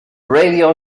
radio